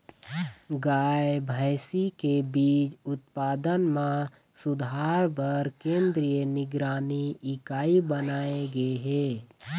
गाय, भइसी के बीज उत्पादन म सुधार बर केंद्रीय निगरानी इकाई बनाए गे हे